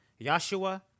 Yeshua